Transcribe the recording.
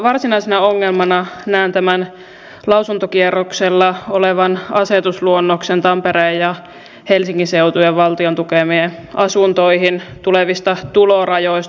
varsinaisena ongelmana näen tämän lausuntokierroksella olevan asetusluonnoksen tampereen ja helsingin seutujen valtion tukemiin asuntoihin tulevista tulorajoista